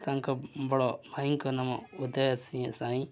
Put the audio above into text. ତାଙ୍କ ବଡ଼ ଭାଇଙ୍କ ନାମ ଉଦୟ ସିଂ ସାଏ